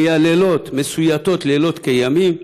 מייללות מסויטות לילות כימים.